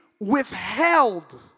withheld